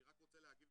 אני רק רוצה להגיב,